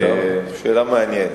זאת שאלה מעניינת.